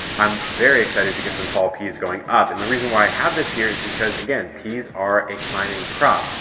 i'm very excited to get some fall peas going up. and the reason why i have this here is because again, peas are a climbing crop.